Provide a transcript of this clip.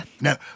No